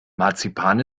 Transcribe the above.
marzipan